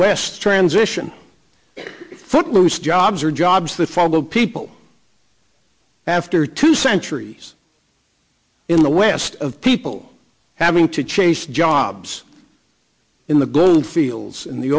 west transition footloose jobs or jobs that follow people after two centuries in the west of people having to chase jobs in the goldfields in the